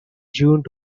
june